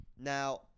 now